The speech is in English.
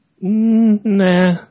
Nah